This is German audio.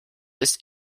ist